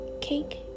cake